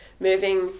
Moving